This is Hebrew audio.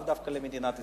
לאו דווקא למדינת ישראל,